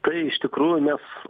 tai iš tikrųjų mes